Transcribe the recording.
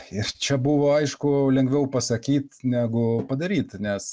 ir čia buvo aišku lengviau pasakyt negu padaryti nes